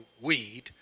weed